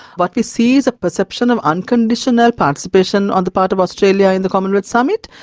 what we see is a perception of unconditional participation on the part of australia in the commonwealth summit,